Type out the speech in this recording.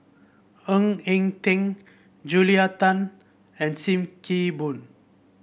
Ng Eng Teng Julia Tan and Sim Kee Boon